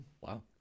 wow